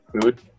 food